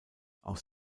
aus